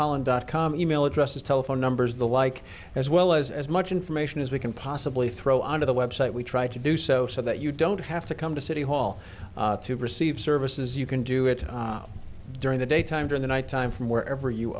holland dot com email addresses telephone numbers the like as well as as much information as we can possibly throw out of the website we try to do so so that you don't have to come to city hall to receive services you can do it during the daytime during the night time from wherever you